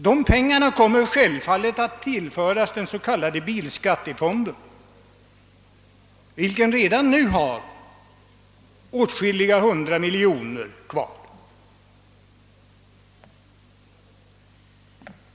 Dessa pengar kommer självfallet att gå till den s.k. bilskattefonden, som redan nu rymmer åtskilliga hundra miljoner kronor.